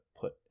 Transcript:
put